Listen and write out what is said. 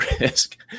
risk